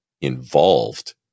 involved